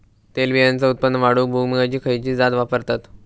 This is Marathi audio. तेलबियांचा उत्पन्न वाढवूक भुईमूगाची खयची जात वापरतत?